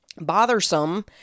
bothersome